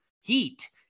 heat